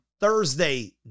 Thursday